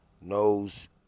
knows